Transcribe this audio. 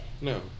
No